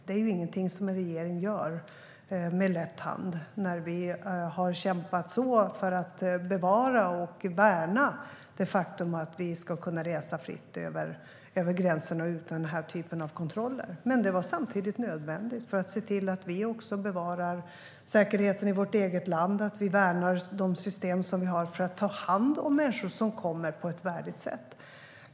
Det är ingenting en regering gör med lätt hand, när vi har kämpat så för att bevara och värna det faktum att vi ska kunna resa fritt över gränserna utan den typen av kontroller. Men detta var samtidigt nödvändigt för att bevara säkerheten i vårt eget land och värna de system som finns för att ta hand om människor som kommer hit på ett värdigt sätt.